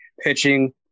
pitching